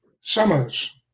summers